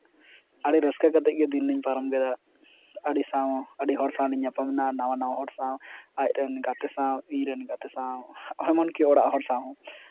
ᱟᱹᱰᱤ ᱨᱟᱹᱥᱠᱟᱹ ᱠᱟᱛᱮ ᱜᱮ ᱫᱤᱱ ᱞᱤᱧ ᱯᱟᱨᱚᱢ ᱠᱮᱫᱟ ᱟᱹᱰᱤ ᱥᱟᱶ ᱟᱹᱰᱤ ᱦᱚᱲ ᱥᱟᱶᱞᱤᱧ ᱧᱟᱯᱟᱢᱮᱱᱟ ᱱᱟᱣᱟ ᱱᱟᱣᱟ ᱦᱚᱲ ᱥᱟᱶ ᱟᱡ ᱨᱮᱱ ᱜᱟᱛᱮ ᱥᱟᱶ ᱤᱧ ᱨᱮᱱ ᱜᱟᱛᱮ ᱥᱟᱶ ᱮᱢᱚᱱ ᱠᱤ ᱚᱲᱟᱜ ᱦᱚᱲ ᱥᱟᱶ ᱦᱚᱸ